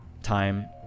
Time